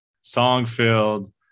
song-filled